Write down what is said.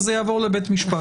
אז זה יעבור לבית משפט.